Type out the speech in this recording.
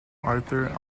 arthur